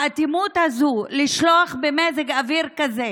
האטימות הזו לשלוח במזג אוויר כזה